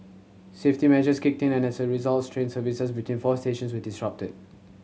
safety measures kicked in and as a result train services between four stations were disrupted